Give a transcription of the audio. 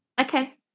Okay